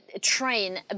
train